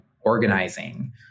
organizing